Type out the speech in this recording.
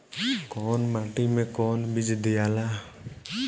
कौन माटी मे कौन बीज दियाला?